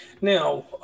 Now